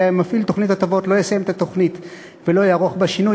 שמפעיל תוכנית הטבות לא יסיים את התוכנית ולא יערוך בה שינוי,